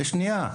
שנייה.